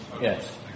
yes